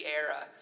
era